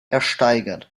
ersteigert